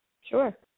Sure